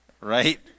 right